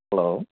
hello